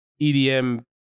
EDM